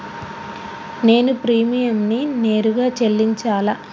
నేను ప్రీమియంని నేరుగా చెల్లించాలా?